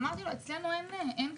אמרתי לו שאצלנו אין גניבות.